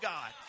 God